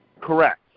Correct